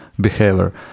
behavior